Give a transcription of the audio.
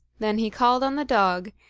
then he called on the dog,